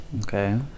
Okay